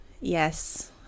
Yes